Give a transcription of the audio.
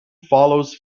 follows